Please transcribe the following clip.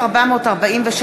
דוד אמסלם,